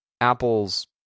Apple's